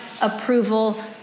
approval